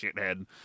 shithead